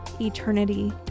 eternity